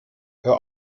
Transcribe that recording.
hör